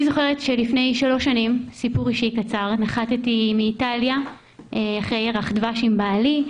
לפני שלוש שנים נחתי מאיטליה אחרי ירח דבש עם בעלי.